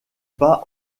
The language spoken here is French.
pas